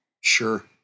sure